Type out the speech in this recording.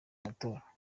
matora